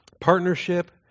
partnership